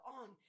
on